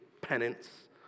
penance